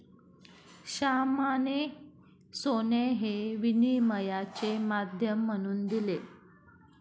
श्यामाने सोने हे विनिमयाचे माध्यम म्हणून दिले